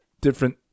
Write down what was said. different